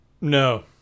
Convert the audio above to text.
No